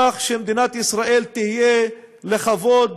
כך שמדינת ישראל תהיה לכבוד